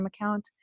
account